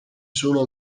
sono